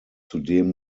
zudem